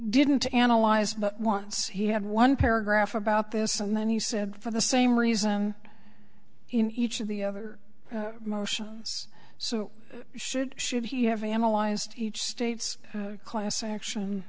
didn't analyze but once he had one paragraph about this and then he said for the same reason in each of the other motions so should should he have analyzed each state's class action